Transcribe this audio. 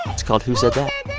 it's called who said that.